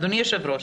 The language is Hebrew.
אדוני היושב ראש,